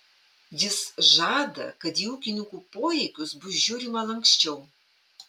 jis žada kad į ūkininkų poreikius bus žiūrima lanksčiau